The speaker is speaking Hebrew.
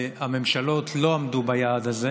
הממשלות לא עמדו ביעד הזה,